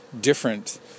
different